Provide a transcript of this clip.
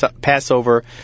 passover